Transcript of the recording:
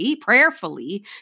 prayerfully